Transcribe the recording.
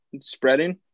spreading